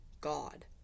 God